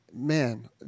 Man